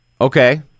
Okay